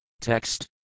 Text